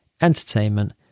entertainment